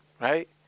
right